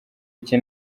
iki